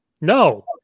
No